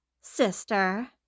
Sister